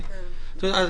בבקשה.